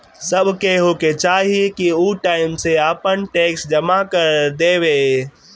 सब केहू के चाही की उ टाइम से आपन टेक्स जमा कर देवे